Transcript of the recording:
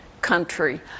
country